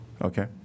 Okay